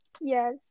Yes